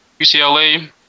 UCLA